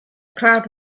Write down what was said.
cloud